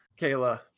Kayla